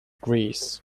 greece